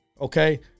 okay